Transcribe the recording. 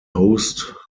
host